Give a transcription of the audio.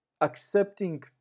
accepting